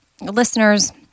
listeners